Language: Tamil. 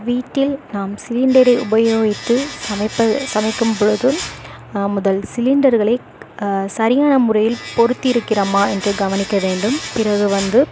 வீட்டில் நாம் சிலிண்டரை உபயோகித்து சமைப்ப சமைக்கும்பொழுது நாம் முதல் சிலிண்டர்களை சரியான முறையில் பொறுத்தியிருக்கிறோமா என்று கவனிக்க வேண்டும் பிறகு வந்து